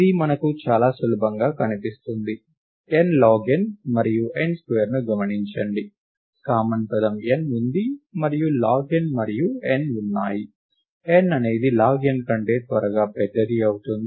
ఇది మనకు చాలా సులభంగా కనిపిస్తుంది n లాగ్ n మరియు n స్క్వేర్ ను గమనించండి కామన్ పదం n వుంది మరియు లాగ్ n మరియు n వున్నాయి n అనేది లాగ్ n కంటే త్వరగా పెద్దది అవుతుంది